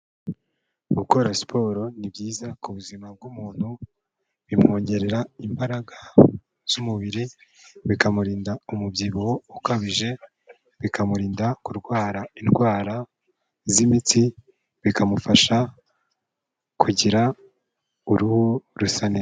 Gukora siporo ni byiza ku buzima bw'umuntu, bimwongerera imbaraga z'umubiri, bikamurinda umubyibuho ukabije, bikamurinda kurwara indwara z'imitsi, bikamufasha kugira uruhu rusa neza.